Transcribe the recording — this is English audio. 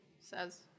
says